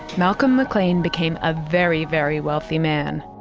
malcolm mclean became a very, very wealthy man.